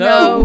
No